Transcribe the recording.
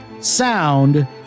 sound